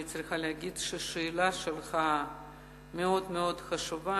אני צריכה להגיד שהשאלה שלך מאוד מאוד חשובה,